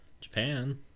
Japan